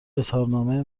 اظهارنامه